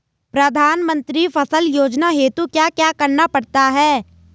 प्रधानमंत्री फसल योजना हेतु क्या क्या करना पड़ता है?